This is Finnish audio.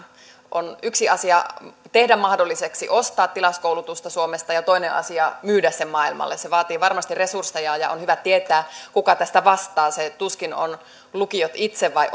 on yksi asia tehdä mahdolliseksi ostaa tilauskoulutusta suomesta ja toinen on myydä se maailmalle se vaatii varmasti resursseja ja on hyvä tietää kuka tästä vastaa tuskin lukiot itse vai